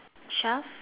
Shaf